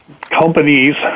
companies